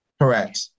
Correct